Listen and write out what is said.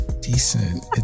decent